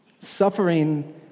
Suffering